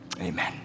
amen